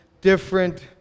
different